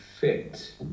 fit